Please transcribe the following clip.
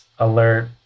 alert